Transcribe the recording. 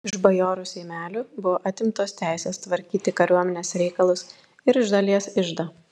iš bajorų seimelių buvo atimtos teisės tvarkyti kariuomenės reikalus ir iš dalies iždą